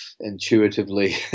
intuitively